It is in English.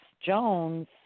Jones